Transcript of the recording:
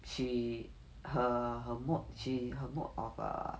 she her her mode she her mode of err